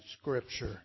Scripture